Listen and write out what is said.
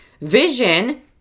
Vision